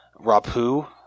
Rapu